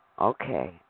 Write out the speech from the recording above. okay